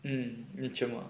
mm நிச்சயமா:nichayamaa